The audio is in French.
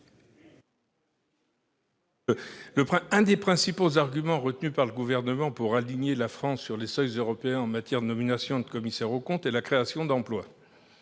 l'un des principaux arguments retenus par le Gouvernement pour aligner la France sur les seuils européens en matière de nomination de commissaires aux comptes est la création d'emplois.